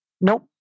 Nope